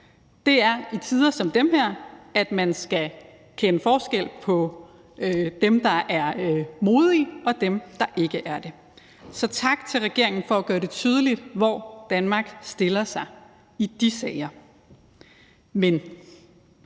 Det er i tider som dem her, at man skal kende forskel på dem, der er modige, og dem, der ikke er det. Så tak til regeringen for at gøre det tydeligt, hvor Danmark stiller sig i de sager.